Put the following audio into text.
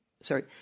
Sorry